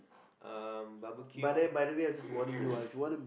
um barbecue